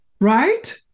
Right